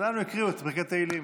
אז לנו הקריאו את פרקי תהילים,